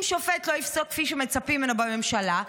אם שופט לא יפסוק כפי שמצפים ממנו בממשלה,